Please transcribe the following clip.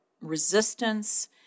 resistance